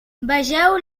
vegeu